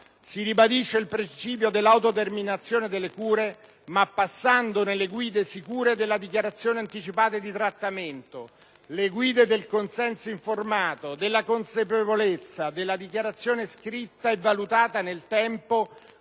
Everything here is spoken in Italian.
Si ribadisce il principio della autodeterminazione delle cure, ma passando nelle guide sicure delle dichiarazioni anticipate di trattamento; le guide del consenso informato, della consapevolezza, della dichiarazione scritta e valutata nel tempo